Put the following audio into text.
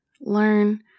learn